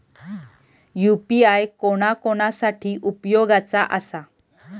UPI कोणा कोणा साठी उपयोगाचा आसा?